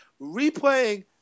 replaying